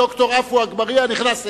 אבל נגיד ד"ר עפו אגבאריה נכנס אליך.